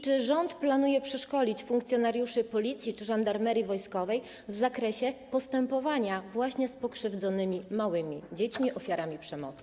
Czy rząd planuje przeszkolić funkcjonariuszy Policji czy Żandarmerii Wojskowej w zakresie postępowania z pokrzywdzonymi małymi dziećmi - ofiarami przemocy?